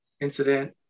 incident